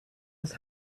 his